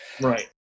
right